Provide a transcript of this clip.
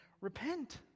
Repent